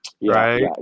right